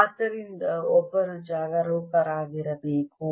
ಆದ್ದರಿಂದ ಒಬ್ಬರು ಜಾಗರೂಕರಾಗಿರಬೇಕು